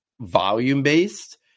volume-based